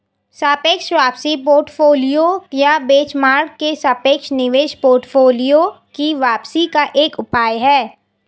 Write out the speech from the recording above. सापेक्ष वापसी पोर्टफोलियो या बेंचमार्क के सापेक्ष निवेश पोर्टफोलियो की वापसी का एक उपाय है